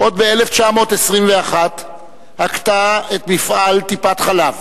עוד ב-1921 הגתה את מפעל טיפת-חלב,